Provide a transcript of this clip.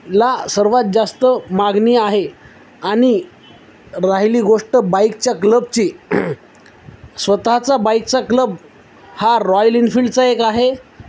ला सर्वात जास्त मागणी आहे आणि राहिली गोष्ट बाईकच्या क्लबची स्वतःचा बाईकचा क्लब हा रॉयल इन्फिल्डचा एक आहे